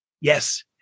Yes